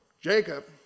Jacob